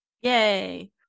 Yay